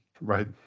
right